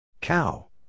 Cow